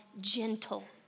gentle